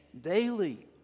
daily